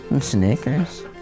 Snickers